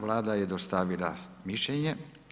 Vlada je dostavila mišljenje.